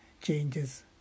changes